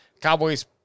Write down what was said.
Cowboys